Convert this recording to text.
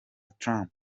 trump